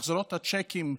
החזרות צ'קים,